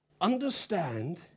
understand